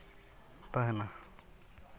ᱛᱟᱦᱮᱱᱟ